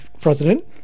president